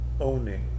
owning